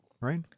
right